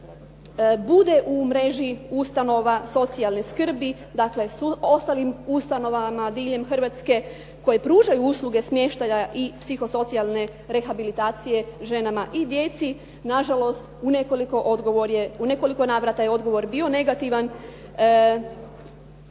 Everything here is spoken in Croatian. bude u mreži ustanova socijalne skrbi, dakle s ostalim ustanovama diljem Hrvatske koje pružaju usluge smještaja i psihosocijalne rehabilitacije ženama i djeci. Nažalost u nekoliko je navrata odgovor je bio negativan